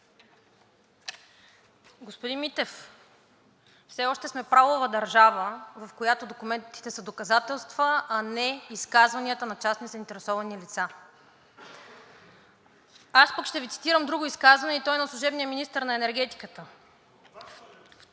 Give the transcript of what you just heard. Господин Митев, все още сме правова държава, в която документите са доказателства, а не изказванията на частни заинтересовани лица. Аз пък ще Ви цитирам друго изказване и то е на служебния министър на енергетиката.